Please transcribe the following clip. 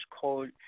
called